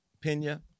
Pena